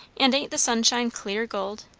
and ain't the sunshine clear gold?